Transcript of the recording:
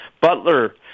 Butler